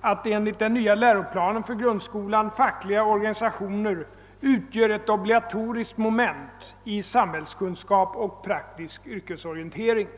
att enligt den nya läroplanen för grundskolan fackliga organisationer utgör ett obligatoriskt moment i samhällskunskap och praktisk yrkesorientering.